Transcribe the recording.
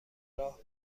راه